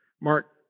Mark